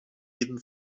jeden